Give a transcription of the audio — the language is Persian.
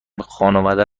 خانواده